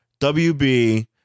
WB